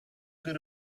good